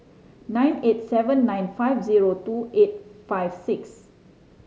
nine eight seven nine five zero two eight five six